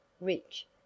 rich